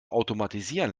automatisieren